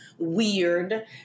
weird